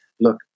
look